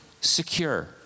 secure